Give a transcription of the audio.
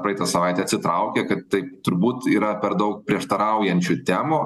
praeitą savaitę atsitraukė kad taip turbūt yra per daug prieštaraujančių temų